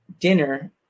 dinner